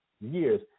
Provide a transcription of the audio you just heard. years